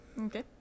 okay